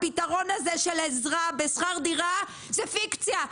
הפתרון הזה של עזרה בשכר דירה הוא פיקציה,